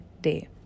day